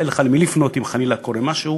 אין לך למי לפנות אם חלילה קורה משהו,